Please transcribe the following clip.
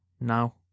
now